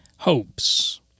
Hopes